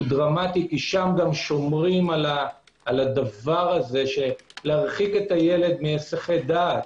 כי שם גם שומרים על הדבר הזה להרחיק את הילד מהיסחי דעת.